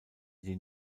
die